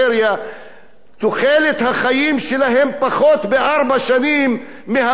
תוחלת החיים שלהם פחותה בארבע שנים מבמרכז העשיר.